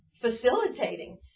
facilitating